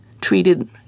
treated